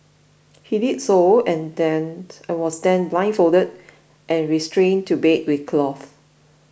he did so and was then blindfolded and restrained to a bed with cloth